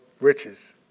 riches